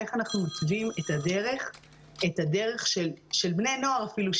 איך אנחנו מתווים את הדרך של בני הנוער אפילו,